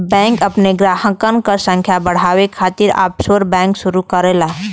bank अपने ग्राहकन क संख्या बढ़ावे खातिर ऑफशोर बैंक शुरू करला